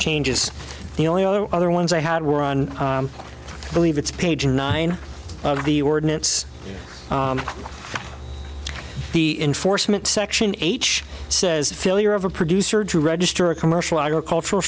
changes the only other other ones i had were on believe it's page nine of the ordinance the enforcement section eight says failure of a producer to register a commercial agricultural